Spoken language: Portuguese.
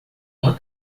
uma